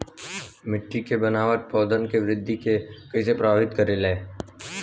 मिट्टी के बनावट पौधन के वृद्धि के कइसे प्रभावित करे ले?